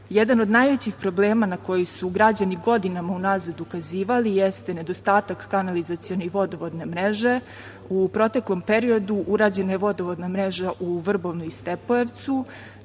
od najvećih problema na koji su građani godinama unazad ukazivali jeste nedostatak kanalizacione i vodovodne mreže. U proteklom periodu urađena je vodovodna mreža u Vrbovnu i Stepojevcu,